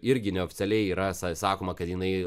irgi neoficialiai yra sa sakoma kad jinai